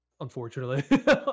unfortunately